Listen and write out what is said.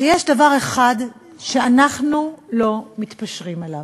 שיש דבר אחד שאנחנו לא מתפשרים עליו,